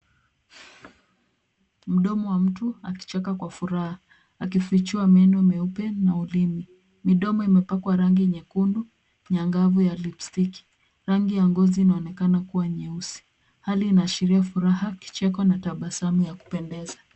Mdomo wa mtu akicheka kwa furaha. Akifichua meno meupe na ulimi, Midomo imepakwa rangi nyekundu nyangavu ya lipstiki. Rangi ya ngozi inaonekana kuwa nyeusi. Hali inaashiria furaha, kicheko na tabasamu ya kupendeza.